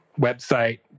Website